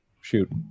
Shoot